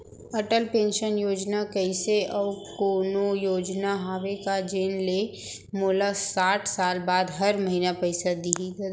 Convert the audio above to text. Atal pension Yojana जइसे अऊ कोनो योजना हावे का जेन ले मोला साठ साल बाद हर महीना पइसा दिही?